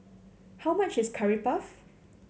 how much is Curry Puff